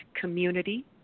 community